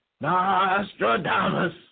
Nostradamus